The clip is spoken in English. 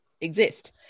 exist